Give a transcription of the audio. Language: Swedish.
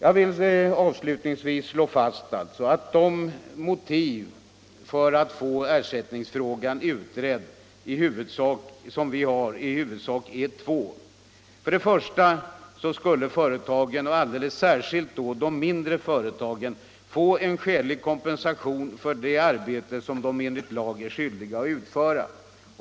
Avslutningsvis vill jag slå fast att det i huvudsak är två motiv som vi har för att få ersättningsfrågan utredd. För det första skulle företagen — och alldeles särskilt de mindre företagen — få en skälig kompensation för det arbete som de enligt lag är skyldiga att utföra.